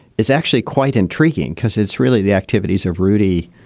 is actually quite intriguing because it's really the activities of rudy